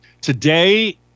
today